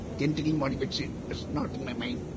genetically modified seed, it's not in my mind.